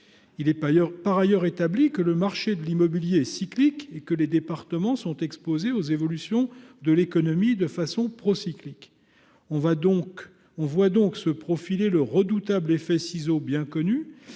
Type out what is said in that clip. ailleurs, il est établi que le marché de l'immobilier est cyclique et que les départements sont exposés aux évolutions de l'économie de façon procyclique. Ainsi voit-on se profiler le redoutable effet de ciseaux bien connu,